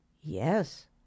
Yes